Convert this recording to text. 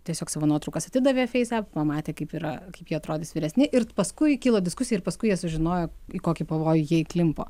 tiesiog savo nuotraukas atidavė feis ep pamatė kaip yra kaip jie atrodys vyresni ir paskui kilo diskusija ir paskui jie sužinojo į kokį pavojų jie įklimpo